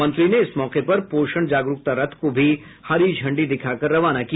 मंत्री ने इस मौके पर पोषण जागरूकता रथ को भी हरी झंडी दिखाकर रवाना किया